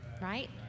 right